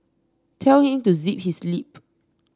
tell him to zip his lip